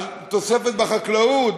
על תוספת בחקלאות,